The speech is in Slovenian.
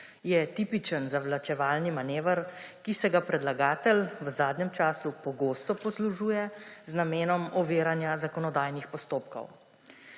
je tipičen zavlačevalni manever, ki se ga predlagatelj v zadnjem času pogosto poslužuje z namenom oviranja zakonodajnih postopkov.